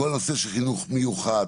כל הנושא של חינוך מיוחד,